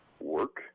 work